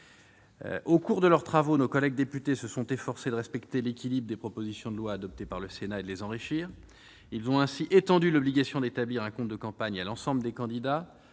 Au cours de leurs travaux, nos collègues députés se sont efforcés de respecter l'équilibre des propositions de loi adoptées par le Sénat et de les enrichir. Ils ont ainsi étendu l'obligation d'établir un compte de campagne à l'ensemble des candidats